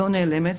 לא נעלמת,